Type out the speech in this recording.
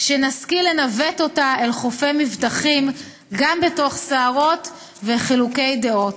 שנשכיל לנווט אותה אל חופי מבטחים גם בתוך סערות וחילוקי דעות.